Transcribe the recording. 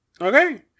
Okay